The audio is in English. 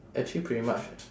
actually pretty much